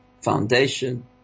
foundation